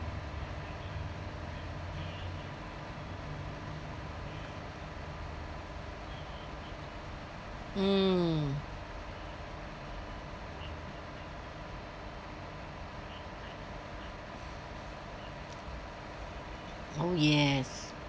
mm oh yes